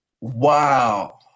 wow